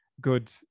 good